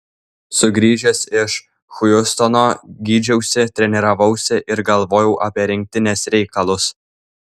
sugrįžęs iš hjustono gydžiausi treniravausi ir galvojau apie rinktinės reikalus